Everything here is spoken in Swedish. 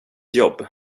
jobb